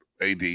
AD